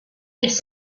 this